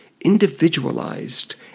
individualized